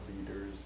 leaders